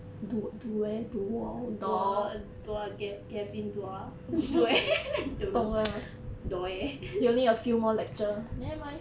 dor~ dua~ ga~ gavin dua~ dwere~ dwe~ dwere~